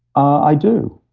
i do.